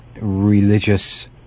religious